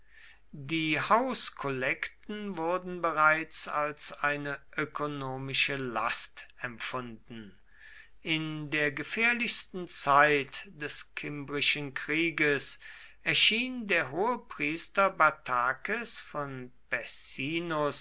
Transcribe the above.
die hauskollekten wurden bereits als eine ökonomische last empfunden in der gefährlichsten zeit des kimbrischen krieges erschien der hohepriester battakes von